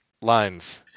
lines